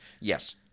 Yes